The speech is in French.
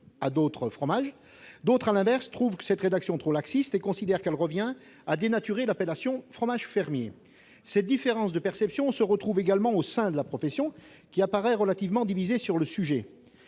à tous les fromages. D'autres, à l'inverse, trouvent cette rédaction trop laxiste et considèrent qu'elle revient à dénaturer l'appellation « fromage fermier ». Cette différence de perception se retrouve également au sein de la profession, qui apparaît relativement divisée sur le sujet.